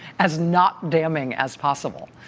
as not damning as possible.